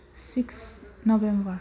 six November